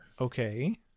okay